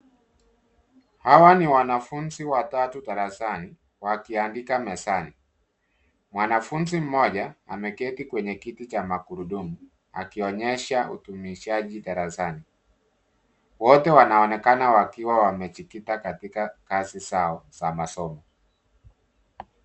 Hawa ni wanafunzi watatu darasani, wakiandika mezani. Mwanafunzi mmoja ameketi kwenye kiti cha magurudumu akionyesha utumishaji darasani. Wote wanaonekana wakiwa wamejikita katika kazi zao za masomo